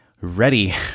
ready